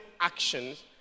actions